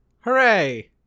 Hooray